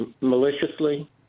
maliciously